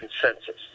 consensus